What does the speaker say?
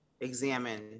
examine